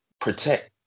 protect